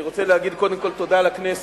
אני רוצה להגיד קודם כול תודה לכנסת,